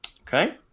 Okay